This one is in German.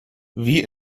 wie